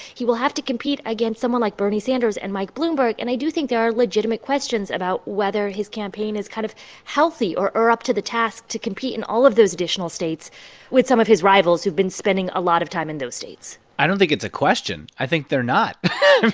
he will have to compete against someone like bernie sanders and mike bloomberg. and i do think there are legitimate questions about whether his campaign is kind of healthy or or up to the task to compete in all of those additional states with some of his rivals who've been spending a lot of time in those states i don't think it's a question. i think they're not.